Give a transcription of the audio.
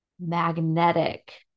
magnetic